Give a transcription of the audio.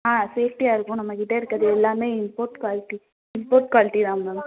ஆ சேஃப்டியாக இருக்கும் நம்மக்கிட்ட இருக்கிறது எல்லாமே இம்போர்ட் குவாலிட்டி இம்போர்ட் குவாலிட்டி தான் மேம்